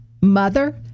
mother